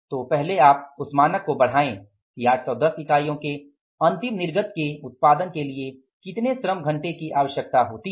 तो पहले आप उस मानक को बढाए कि 810 इकाइयों के अंतिम निर्गत के उत्पादन के लिए कितने श्रम घंटे की आवश्यकता होती है